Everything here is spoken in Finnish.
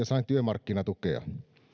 sain työmarkkinatukea